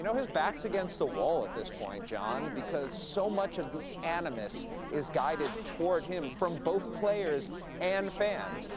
and his back is against the wall at this point, john, because so much of the animus is guided toward him from both players and fans.